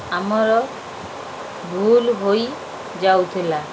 ଆମର ଭୁଲ ହୋଇଯାଉଥିଲା